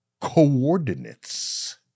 coordinates